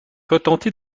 retentit